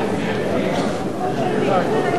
כהצעת הוועדה,